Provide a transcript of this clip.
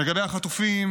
לגבי החטופים,